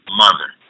mother